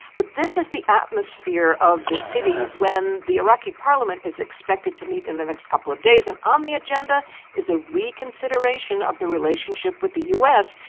but this is the atmosphere of the city when the iraqi parliament is expected to meet in the next couple of days. and on the agenda is a reconsideration of the relationship with the u s.